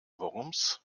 worms